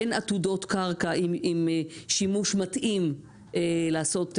אין עתודות קרקע עם שימוש מתאים לעשות גלמפינג.